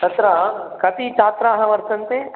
तत्र कति छात्राः वर्तन्ते